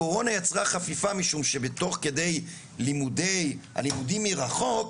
הקורונה יצרה חפיפה משום שתוך כדי הלימודים מרחוק,